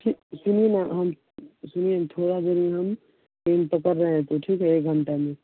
ठी सुनिए ना हम सुनिए थोड़ी देर हम में फ़ोन तो कर रहें है तो ठीक है एक घंटे में